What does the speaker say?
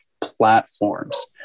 platforms